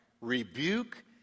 rebuke